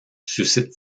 suscite